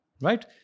right